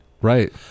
Right